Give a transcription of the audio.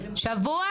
בשבוע הבא.